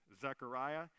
Zechariah